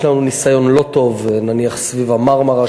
יש לנו ניסיון לא טוב נניח סביב ה"מרמרה",